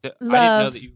Love